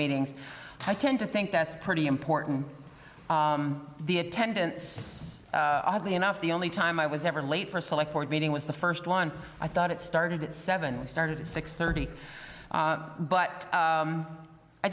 meetings tend to think that's pretty important the attendance oddly enough the only time i was ever late for a select board meeting was the first one i thought it started at seven which started at six thirty but